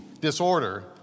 disorder